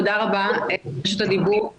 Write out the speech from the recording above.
תודה רבה על רשות הדיבור.